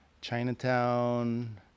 Chinatown